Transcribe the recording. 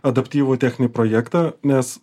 adaptyvų techninį projektą nes